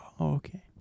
Okay